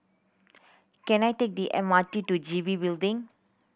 can I take the M R T to G B Building